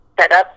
setup